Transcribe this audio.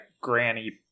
Granny